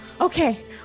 okay